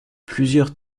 plusieurs